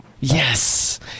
yes